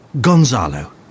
Gonzalo